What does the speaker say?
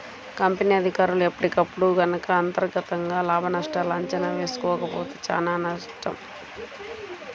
company అధికారులు ఎప్పటికప్పుడు గనక అంతర్గతంగా లాభనష్టాల అంచనా వేసుకోకపోతే చానా కష్టం